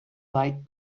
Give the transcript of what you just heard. light